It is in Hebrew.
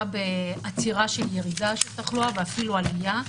בעצירה של ירידת התחלואה ואפילו עלייה.